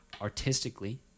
artistically